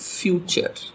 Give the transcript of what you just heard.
future